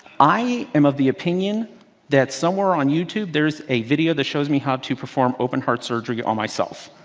i am of the opinion that somewhere on youtube there's a video that shows me how to perform open heart surgery on myself.